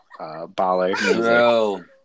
baller